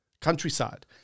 countryside